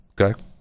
okay